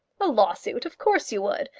a lawsuit! of course you would.